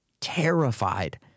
Terrified